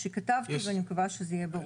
שכתבתי ואני מקווה שזה יהיה ברור.